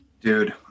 Dude